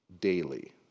daily